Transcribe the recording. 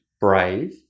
brave